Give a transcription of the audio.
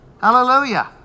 Hallelujah